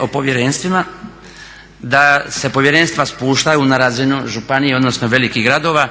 o povjerenstvima, da se povjerenstva spuštaju na razinu županije, odnosno velikih gradova.